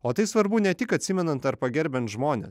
o tai svarbu ne tik atsimenant ar pagerbiant žmones